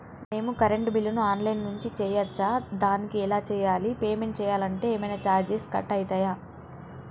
మేము కరెంటు బిల్లును online నుంచి చేయచ్చా? దానికి ఎలా చేయాలి? పేమెంట్ చేయాలంటే ఏమైనా చార్జెస్ కట్ అయితయా?